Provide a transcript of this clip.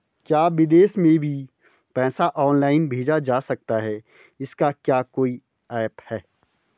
क्या विदेश में भी पैसा ऑनलाइन भेजा जा सकता है इसका क्या कोई ऐप है?